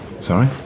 Sorry